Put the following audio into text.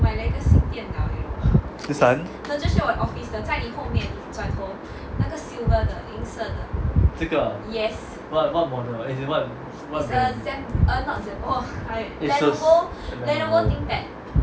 this [one] 这个 what model as in what what brand Asus